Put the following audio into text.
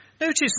Notice